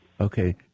Okay